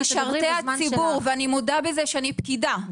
אנחנו משרתי הציבור ואני מודה בזה שאני פקידה,